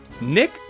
Nick